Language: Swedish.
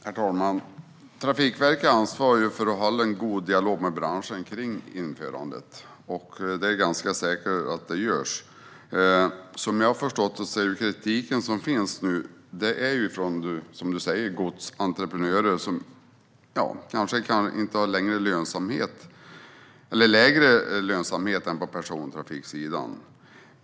Herr talman! Trafikverket ansvarar ju för att hålla en god dialog med branschen kring införandet, och det är ganska säkert att det görs. Som jag har förstått det och som Anders Åkesson säger kommer den kritik som finns från godsentreprenörer som kanske har lägre lönsamhet än på persontrafiksidan.